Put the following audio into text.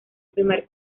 primer